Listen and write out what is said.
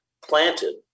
planted